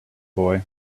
boy